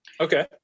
Okay